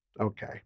Okay